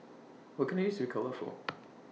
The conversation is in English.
What Can I use Ricola For